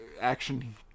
action